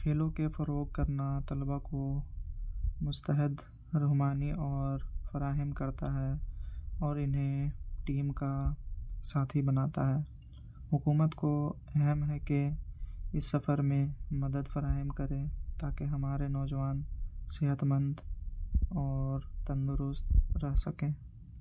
کھیلوں کے فروغ کرنا طلبا کو مستعد رحمانی اور فراہم کرتا ہے اور انہیں ٹیم کا ساتھی بناتا ہے حکومت کو اہم ہے کہ اس سفر میں مدد فراہم کرے تاکہ ہمارے نوجوان صحت مند اور تندرست رہ سکیں